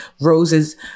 Rose's